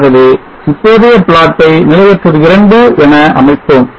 ஆகவே இப்போதைய plot ட்டை நிலையற்றது 2 என அமைப்போம்